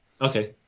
Okay